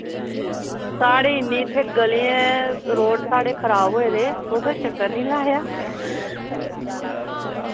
साढ़ी इन्नी इत्थें गलियां ते रोड़ खराब होये दे तुसें चक्कर निं लाया